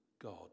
God